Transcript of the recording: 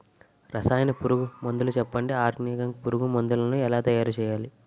రసాయన పురుగు మందులు చెప్పండి? ఆర్గనికంగ పురుగు మందులను ఎలా తయారు చేయాలి?